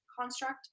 construct